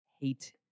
hate